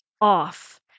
off